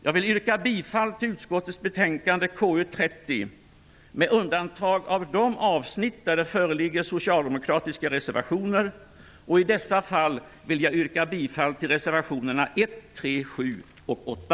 Jag vill yrka bifall till utskottets skrivning i betänkandet KU30 med undantag av de avsnitt där det föreligger socialdemokratiska reservationer. I dessa fall vill jag yrka bifall till reservationerna 1, 3, 7 och 8.